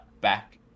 back